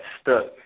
stuck